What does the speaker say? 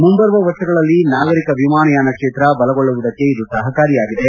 ಮುಂಬರುವ ವರ್ಷಗಳಲ್ಲಿ ನಾಗರಿಕ ವಿಮಾನಯಾನ ಕ್ಷೇತ್ರ ಬಲಗೊಳ್ಳುವುದಕ್ಕೆ ಇದು ಸಪಕಾರಿಯಾಗಿದೆ